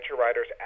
riders